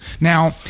Now